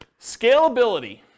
Scalability